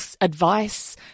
advice